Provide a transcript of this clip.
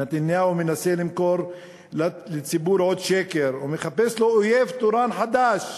נתניהו מנסה למכור לציבור עוד שקר ומחפש לו אויב תורן חדש,